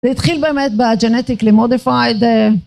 זה התחיל באמת בג'נטיקלי מודיפייד.